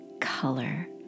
color